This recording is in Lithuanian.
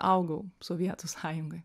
augau sovietų sąjungoj